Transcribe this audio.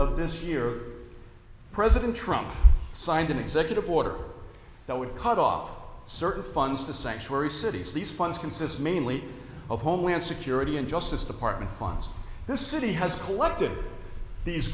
of this year president trump signed an executive order that would cut off certain funds to sanctuary cities these funds consists mainly of homeland security and justice department funds the city has collected these